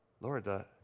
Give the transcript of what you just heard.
Lord